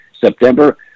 September